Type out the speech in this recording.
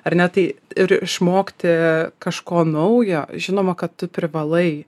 ar ne tai ir išmokti kažko naujo žinoma kad tu privalai